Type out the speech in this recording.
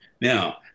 Now